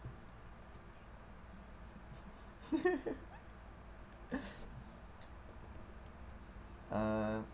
uh